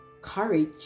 courage